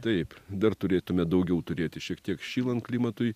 taip dar turėtume daugiau turėti šiek tiek šylant klimatui